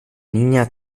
niña